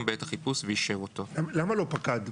בעת החיפוש ואישר אותו."; למה לא פקד?